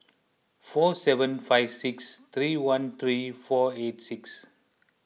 four seven five six three one three four eight six